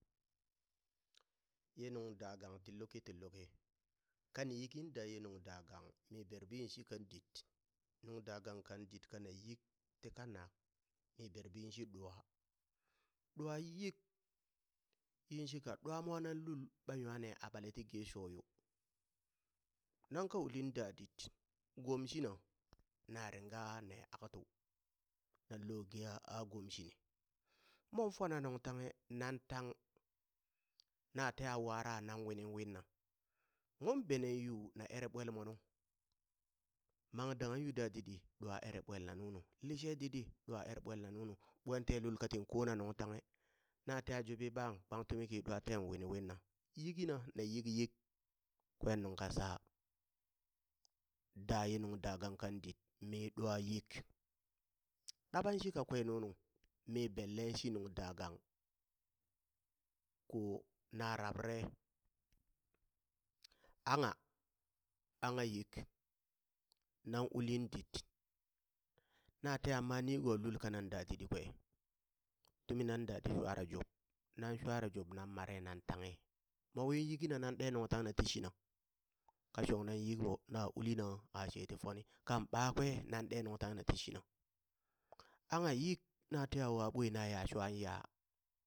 Ye nuŋ dagang ti luki ti luki kani yiki daye nung dagang mi berbin shi kan dit nung da gang kan dit kana yik ti kanak mi berbin shi ɗwa, ɗwa yik yinshika ɗwa mwa nan lul ɓa nwane aɓale ti ge sho yo nan ka ulin dadit, gom shina na ringa ne aktu, nanlo geha a gom shini mon fona nuntanghe nan tangna teha wara nan winin winna, mon benen yu na erre ɓwemonu, mang dangha yu dadiddi ɗwa ere ɓwelna nunulishe diddi ɗwa er ɓwalna nunu ɓwante lul katin kona nung tanghe nah teya juɓi bang pank tumi ki ɗwa ten winiwinna, yikina na yikyik kwen nunka sa daye nung dagang kan dit mi ɗwa yik ɗaɓan shi kakwe nunu mi bille shi nung dagang ko na rabrare, angha angha yik nan ulin dit na teha ma nigo lul kanan da diddi kwe tuminan dadi swara jub, nan shwara jub nan mare nan tanghe mowi yiki na nan ɗe nung tanghe na ti shina ka shong nan yik ɓo na ulina a sai ti foni kan ɓakwe nan ɗe nung tanghe nan ti shina anghayik na teha wa ɓwe na ya swan ya.